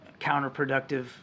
counterproductive